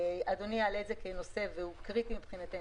שהוא קריטי מבחינתנו,